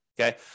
Okay